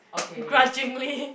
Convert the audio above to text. okay